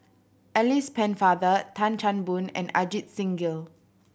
Alice Pennefather Tan Chan Boon and Ajit Singh Gill